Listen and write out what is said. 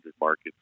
market's